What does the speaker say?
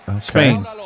Spain